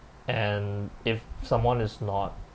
and if someone is not